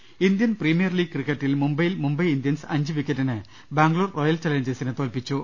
് Indian Premier League ക്രിക്കറ്റിൽ മുംബൈയിൽ മുംബൈ ഇന്ത്യൻസ് അഞ്ച് വിക്കറ്റിന് ബംഗ്ലൂർ റോയൽ ചലഞ്ചേഴ്സിനെ തോൽപ്പിച്ചു